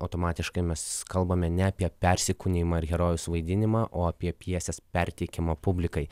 automatiškai mes kalbame ne apie persikūnijimą ar herojaus vaidinimą o apie pjesės perteikimo publikai